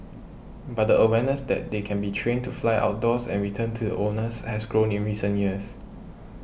but the awareness that they can be trained to fly outdoors and return to the owners has grown in recent years